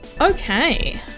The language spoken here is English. okay